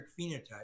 phenotype